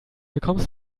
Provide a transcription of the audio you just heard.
bekommst